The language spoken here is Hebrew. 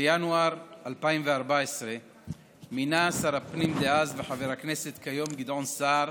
בינואר 2014 מינה שר הפנים דאז וחבר הכנסת כיום גדעון סער